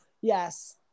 yes